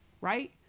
right